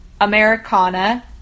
Americana